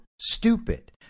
stupid